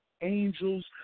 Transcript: angels